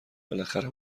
بالاخره